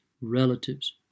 relatives